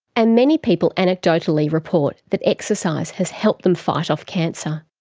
and many people anecdotally report that exercise has helped them fight off cancer.